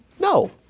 No